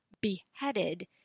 beheaded